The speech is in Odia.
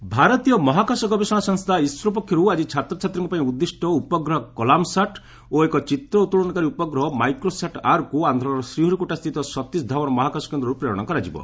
ଇସ୍ରୋ ଲଞ୍ଚ୍ ଭାରତୀୟ ମହାକାଶ ଗବେଷଣା ସଂସ୍ଥା ଇସ୍ରୋ ପକ୍ଷରୁ ଆଜି ଛାତ୍ରଛାତ୍ରୀଙ୍କ ପାଇଁ ଉଦ୍ଦିଷ୍ଟ ଉପଗ୍ରହ କଲାମ୍ ସାଟ୍ ଓ ଏକ ଚିତ୍ରଉତ୍ତୋଳନକାରୀ ଉପଗ୍ରହ ମାଇକ୍ରୋସାଟ୍ ଆର୍କୁ ଆନ୍ଧ୍ରର ଶ୍ରୀହରିକୋଟାସ୍ଥିତ ସତୀଶ ଧାଓ୍ୱନ୍ ମହାକାଶ କେନ୍ଦ୍ରରୁ ପ୍ରେରଣ କରାଯିବ